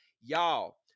Y'all